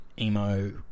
Emo